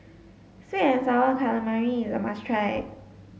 sweet and sour calamari is a must try